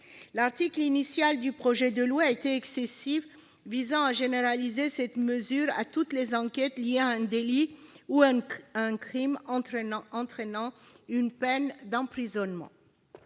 L'article initial du projet de loi était excessif, visant à généraliser cette mesure à toutes les enquêtes liées à un délit ou à un crime entraînant une peine d'emprisonnement.